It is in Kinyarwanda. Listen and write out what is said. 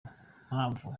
mpamvu